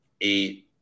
eight